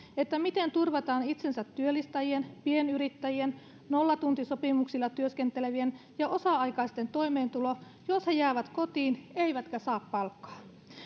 miten turvataan itsensätyöllistäjien pienyrittäjien nollatuntisopimuksilla työskentelevien ja osa aikaisten toimeentulo jos he jäävät kotiin eivätkä saa palkkaa